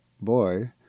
boy